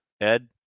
Ed